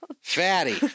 fatty